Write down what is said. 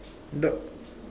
dog